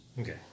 Okay